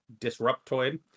Disruptoid